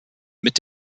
mit